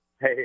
Hey